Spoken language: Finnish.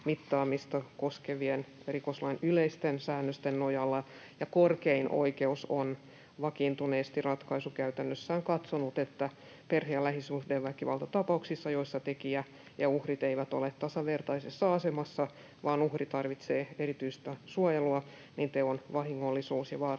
koskevien rikoslain yleisten säännösten nojalla, ja korkein oikeus on vakiintuneesti ratkaisukäytännössään katsonut, että perhe- ja lähisuhdeväkivaltatapauksissa, joissa tekijä ja uhri eivät ole tasavertaisessa asemassa vaan uhri tarvitsee erityistä suojelua, niin teon vahingollisuus ja vaarallisuus